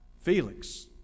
Felix